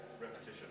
Repetition